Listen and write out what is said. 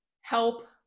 help